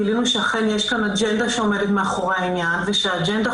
גילינו שאכן יש שם אג'נדה שעומדת מאחורי העניין ושהאג'נדה